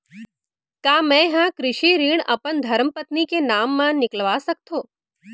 का मैं ह कृषि ऋण अपन धर्मपत्नी के नाम मा निकलवा सकथो?